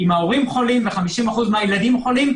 שאם ההורים חולים ו-50% מהילדים חולים,